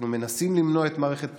אנחנו מנסים למנוע מערכת בחירות.